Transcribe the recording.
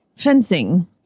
fencing